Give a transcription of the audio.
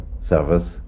Service